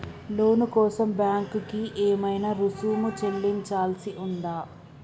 లోను కోసం బ్యాంక్ కి ఏమైనా రుసుము చెల్లించాల్సి ఉందా?